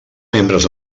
membres